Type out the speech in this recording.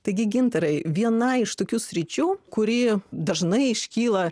taigi gintarai viena iš tokių sričių kuri dažnai iškyla